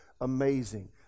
amazing